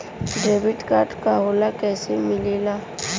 Debit card का होला कैसे मिलेला?